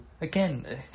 again